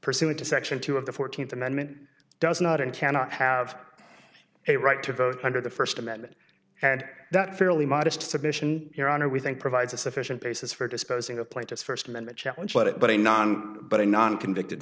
to section two of the fourteenth amendment does not and cannot have a right to vote under the first amendment and that fairly modest submission your honor we think provides a sufficient basis for disposing of plaintiff's first amendment challenge let it but a non but a non convicted